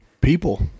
People